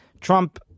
Trump